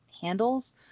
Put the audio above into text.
handles